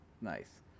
nice